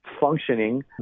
functioning